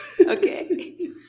Okay